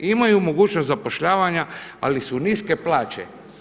Imaju mogućnost zapošljavanja, ali su niske plaće.